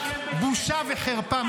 את בושה וחרפה -- אני?